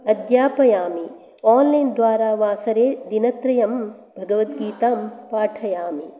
अध्यापयामि online द्वारा वासरे दिनत्रयं भगवद्गीताम् पाठयामि